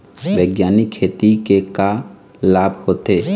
बैग्यानिक खेती के का लाभ होथे?